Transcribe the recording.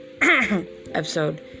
episode